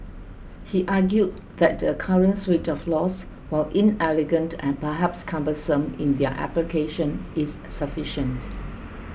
he argued that the current suite of laws while inelegant and perhaps cumbersome in their application is sufficient